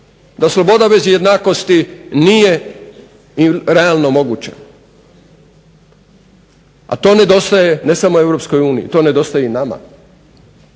da sloboda bez jednakosti nije realno moguća, a to nedostaje ne samo u Europskoj uniji to nedostaje i nama.